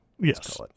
Yes